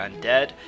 undead